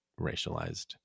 racialized